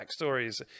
backstories